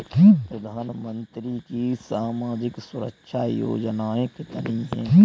प्रधानमंत्री की सामाजिक सुरक्षा योजनाएँ कितनी हैं?